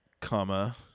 comma